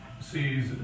sees